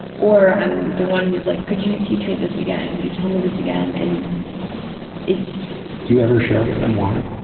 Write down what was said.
or i'm the one who's like, could you you teach me this again? and could you tell me this again? and do you ever share with them why?